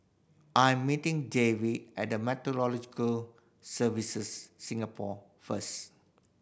I'm meeting Davy at the Meteorological Services Singapore first